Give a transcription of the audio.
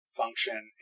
function